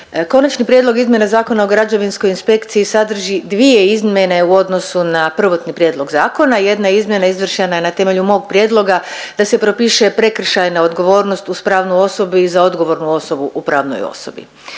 Konačni prijedlog izmjena Zakona o građevinskoj inspekciji sadrži dvije izmjene u odnosu na prvotni prijedlog zakona. Jedna izmjena izvršena je na temelju mog prijedloga da se propiše prekršajna odgovornost uz pravnu osobu i za odgovornu osobu u pravnoj osobi.